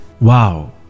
Wow